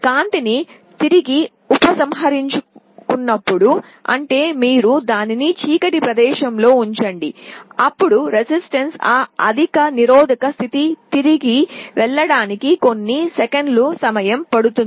కాంతిని తిరిగి ఉపసంహరించుకున్నప్పుడు మీరు దానిని చీకటి ప్రదేశంలో ఉంచండి అప్పుడు ప్రతిఘటన ఆ అధిక నిరోధక స్థితికి తిరిగి వెళ్ళడానికి కొన్ని సెకన్ల సమయం పడుతుంది